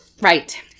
Right